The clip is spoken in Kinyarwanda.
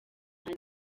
nta